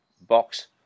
box